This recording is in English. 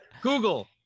Google